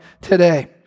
today